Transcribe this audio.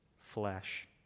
flesh